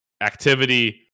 activity